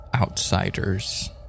outsiders